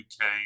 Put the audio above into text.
UK